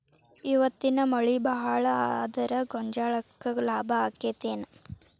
ಇವತ್ತಿನ ಮಳಿ ಭಾಳ ಆದರ ಗೊಂಜಾಳಕ್ಕ ಲಾಭ ಆಕ್ಕೆತಿ ಏನ್?